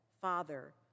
Father